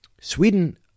Sweden